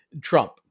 Trump